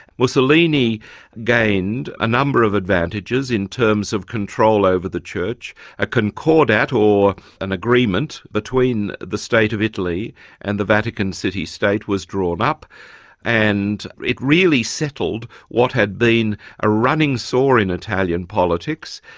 mussolini gained a number of advantages in terms of control over the church a concordat, or an agreement, between the state of italy and the vatican city state was drawn up and it really settled what had been a running sore in italian politics.